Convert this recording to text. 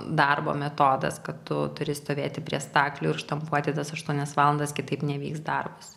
darbo metodas kad tu turi stovėti prie staklių ir štampuoti tas aštuonias valandas kitaip nevyks darbas